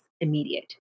immediate